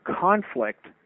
conflict